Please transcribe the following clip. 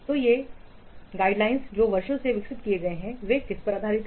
तो ये दिशानिर्देश जो वर्षों से विकसित किए गए हैं वे किस पर आधारित हैं